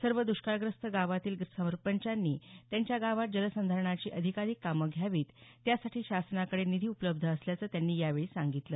सर्व दुष्काळग्रस्त गावातील सरपंचांनी त्यांच्या गावात जलसंधारणाची अधिकाधिक कामे घ्यावीत त्यासाठी शासनाकडे निधी उपलब्ध असल्याचं त्यांनी यावेळी सांगितलं